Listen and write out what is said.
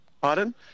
Pardon